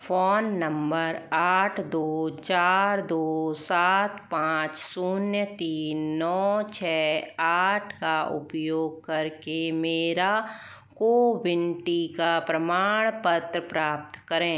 phone number आठ दो चार दो सात पाँच शून्य तीन नौ छः आठ का उपयोग करके मेरा कोविन टीका प्रमाणपत्र प्राप्त करें